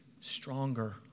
stronger